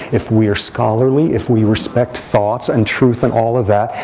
if we are scholarly, if we respect thoughts and truth and all of that,